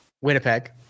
Winnipeg